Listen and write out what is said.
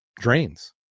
drains